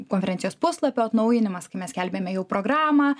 konferencijos puslapio atnaujinimas kai mes skelbiame jau programą